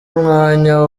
umwanya